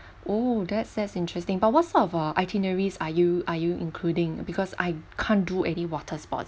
oh that sounds interesting but what sort of uh itineraries are you are you including because I can't do any water sports